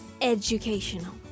educational